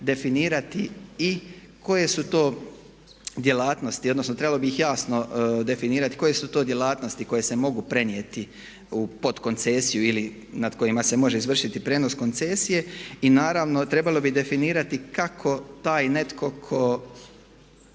definirati i koje su to djelatnosti, odnosno trebalo bi ih jasno definirati koje su to djelatnosti koje se mogu prenijeti pod koncesiju ili nad kojima se može izvršiti prijenos koncesije. I naravno trebalo bi definirati kako taj netko tko